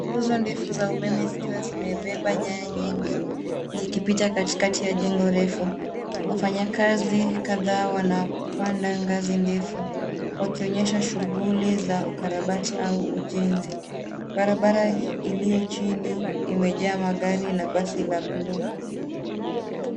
Guzo ndefu za umeme zikiwa zimebeba nyaya nyingi, zikipita katikati ya jengo refu. Wafanya kazi kadhaa wanapanda gazi refu wakionyesha shuguli za ukarabati au ujenzi. Barabara iliochini imejaa magari na basi la blue .